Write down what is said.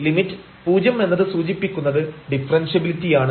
limit 0 എന്നത് സൂചിപ്പിക്കുന്നത് ഡിഫറെൻഷ്യബിലിറ്റിയാണ്